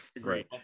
great